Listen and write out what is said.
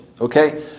Okay